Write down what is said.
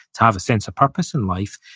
to have a sense of purpose in life,